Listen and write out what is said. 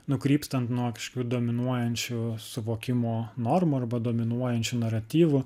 nukrypstant nuo kažkokių dominuojančių suvokimo normų arba dominuojančių naratyvų